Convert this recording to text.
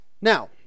Now